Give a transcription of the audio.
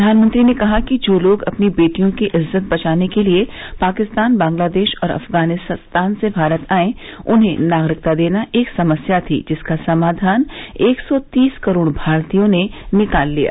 प्रधानमंत्री ने कहा कि जो लोग अपनी बेटियों की इज्जत बचाने के लिए पाकिस्तान बांग्लादेश और अफगानिस्तान से भारत आए उन्हें नागरिकता देना एक समस्या थी जिसका समाधान एक सौ तीस करोड़ भारतीयों ने निकाल लिया